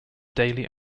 daily